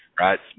right